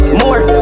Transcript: more